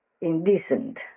indecent